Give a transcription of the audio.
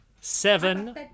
seven